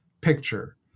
picture